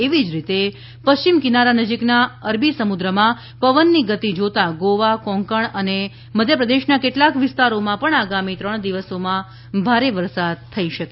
એવી જ રીતે પશ્ચિમ કિનારા નજીકના અરબી સમુદ્રમાં પવનની ગતિ જોતા ગોવા કોકણ તથા મધ્યપ્રદેશના કેટલાક વિસ્તારોમાં પણ આગામી ત્રણ દિવસોમાં ભારે વરસાદ થઈ શકે છે